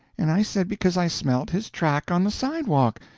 and i said because i smelt his track on the sidewalk,